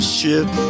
ship